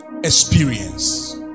experience